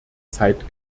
zeit